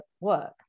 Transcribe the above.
work